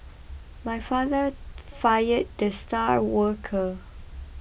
my father fired the star worker